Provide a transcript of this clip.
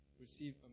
receive